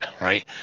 right